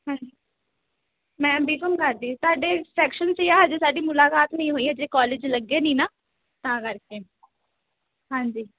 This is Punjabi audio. ਹਾਂਜੀ ਮੈਂ ਬੀ ਕੋਮ ਕਰਦੀ ਤੁਹਾਡੇ ਸੈਕਸ਼ਨ 'ਚ ਆ ਹਜੇ ਸਾਡੀ ਮੁਲਾਕਾਤ ਨਹੀਂ ਹੋਈ ਹਜੇ ਕੋਲੇਜ ਲੱਗੇ ਨਹੀਂ ਨਾ ਤਾਂ ਕਰਕੇ ਹਾਂਜੀ